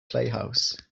playhouse